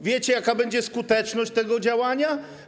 Wiecie, jaka będzie skuteczność tego działania?